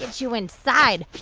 get you inside.